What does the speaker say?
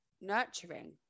nurturing